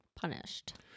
punished